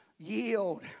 Yield